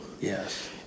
Yes